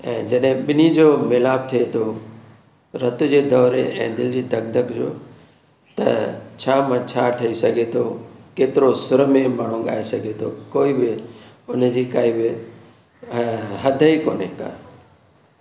ऐं जॾहिं ॿिन्हिनि जो मिलापु थिये थो रत जे दौरे ऐं दिलि जी धक धक जो त छा मां छा ठई सघे थो केतिरो सुर में माण्हू ॻाए सघे थो कोई बि हुनजी काई बि हद ई कोन्हे का